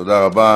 תודה רבה.